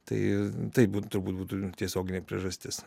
tai tai būt turbūt būtų tiesioginė priežastis